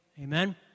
Amen